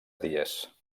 dies